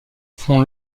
font